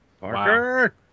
Parker